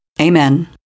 Amen